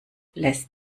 lässt